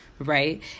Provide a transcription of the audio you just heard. right